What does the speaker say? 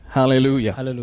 hallelujah